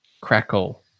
crackle